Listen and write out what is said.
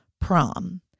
Prom